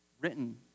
Written